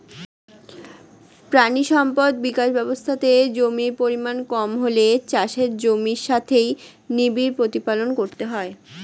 প্রাণী সম্পদ বিকাশ ব্যবস্থাতে জমির পরিমাণ কম হলে চাষের জমির সাথেই নিবিড় প্রতিপালন করতে হয়